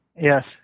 Yes